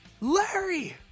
Larry